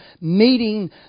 meeting